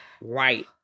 Right